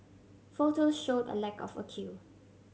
photos showed a lack of a queue